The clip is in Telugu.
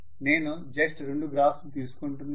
నేను జస్ట్ రెండు గ్రాఫ్స్ ని తీసుకుంటున్నాను